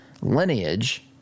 lineage